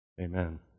Amen